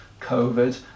COVID